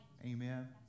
Amen